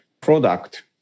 product